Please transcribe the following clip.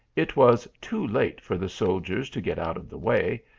it was too late for the soldiers to get out of the way,